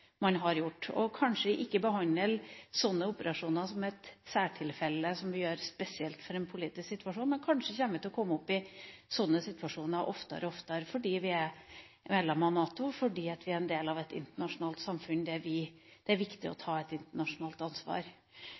man har gjort, og kanskje ikke behandle sånne operasjoner som et særtilfelle, som vi gjør spesielt når det gjelder politiske operasjoner. Kanskje vil vi komme opp i sånne situasjoner oftere og oftere – fordi vi er medlem av NATO, og fordi vi er del av et internasjonalt samfunn der det er viktig å ta et internasjonalt ansvar.